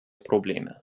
probleme